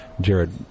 Jared